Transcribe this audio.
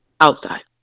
outside